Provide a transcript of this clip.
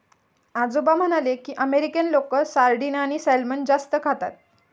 आजोबा म्हणाले की, अमेरिकन लोक सार्डिन आणि सॅल्मन जास्त खातात